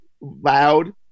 loud